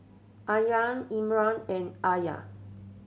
Aryan Imran and Alya